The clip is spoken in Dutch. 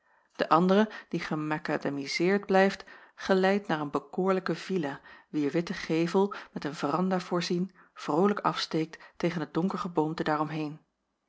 de andere die gemacadamizeerd blijft geleidt naar een bekoorlijke villa wier witte gevel met een veranda voorzien vrolijk afsteekt tegen het donker geboomte